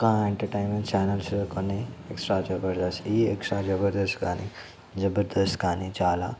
ఇంకా entertainment channels కొన్ని extra Jabardasth ఈ ఎక్స్ట్రా జబర్దస్త్ కానీ జబర్దస్త్ కానీ చాలా